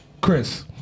Chris